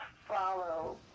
follow